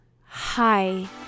hi